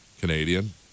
Canadian